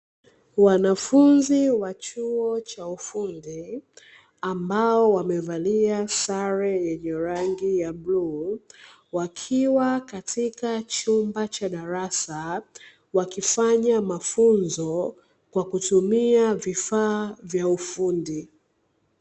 Wanafunzi wa chuo cha ufundi ambao wamevalia sare yenye rangi ya bluu. Wakiwa katika chumba cha darasa wakifanya mafunzo kwa kutumia vifaa vya ufundi.